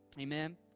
amen